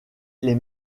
les